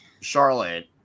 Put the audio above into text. Charlotte